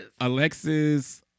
Alexis